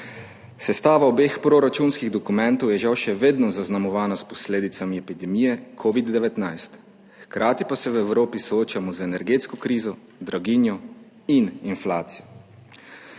Sestava obeh proračunskih dokumentov je žal še vedno zaznamovana s posledicami epidemije covida-19, hkrati pa se v Evropi soočamo z energetsko krizo, draginjo in inflacijo.